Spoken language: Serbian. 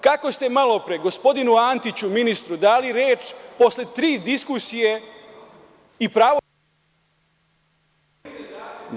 Kako ste malopre gospodinu Antiću, ministru dali reč, posle tri diskusije i pravo na…